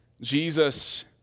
Jesus